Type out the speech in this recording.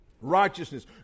righteousness